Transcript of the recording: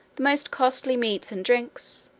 the most costly meats and drinks,